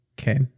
Okay